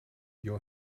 you